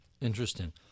Interesting